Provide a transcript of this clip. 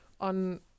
on